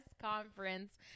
conference